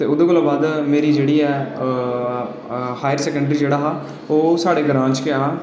ओह्दे कोला बाद मेरी जेह्ड़ी ऐ हायर सकैंडरी जेह्ड़ा हा ओह् साढ़े ग्रांऽ च गै हा